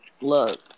look